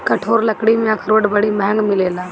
कठोर लकड़ी में अखरोट बड़ी महँग मिलेला